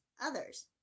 others